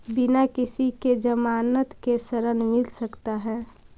बिना किसी के ज़मानत के ऋण मिल सकता है?